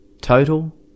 total